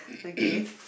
okay